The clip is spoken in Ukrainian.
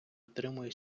отримує